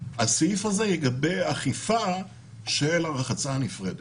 הסעיף הזה יגבה אכיפה של הרחצה הנפרדת.